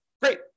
Great